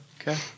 Okay